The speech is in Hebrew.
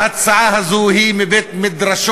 ההצעה הזאת היא מבית-מדרשה